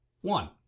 One